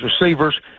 receivers